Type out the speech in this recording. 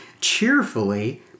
cheerfully